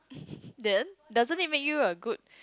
then doesn't it make you a good